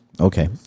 Okay